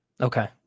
Okay